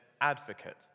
advocate